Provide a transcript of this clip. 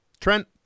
Trent